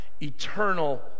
eternal